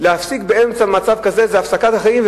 להפסיק באמצע מצב כזה זה הפסקת החיים.